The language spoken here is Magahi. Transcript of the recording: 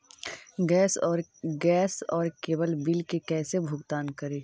गैस और केबल बिल के कैसे भुगतान करी?